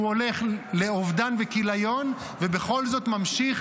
שהוא הולך לאובדן וכיליון, ובכל זאת ממשיך